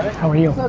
how are you?